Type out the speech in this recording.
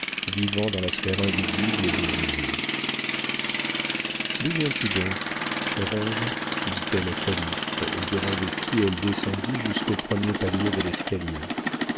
vivant dans la sphère invisible des idées d'où viens-tu donc cher ange dit-elle à calyste au-devant de qui elle descendit jusqu'au premier palier de l'escalier